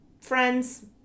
friends